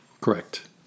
Correct